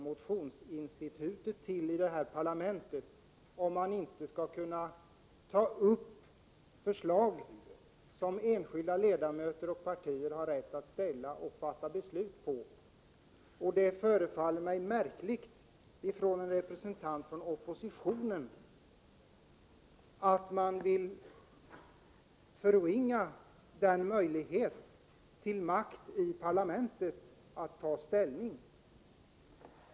Men då vill jag fråga: Om man inte skall kunna ta upp förslag som enskilda ledamöter och partier har rätt att framlägga och fatta beslut om dessa, vad skall man då över huvud taget ha motionsinstitutet i parlamentet till? Det är märkligt att höra en representant 61 för oppositionen säga att man vill förringa parlamentets makt.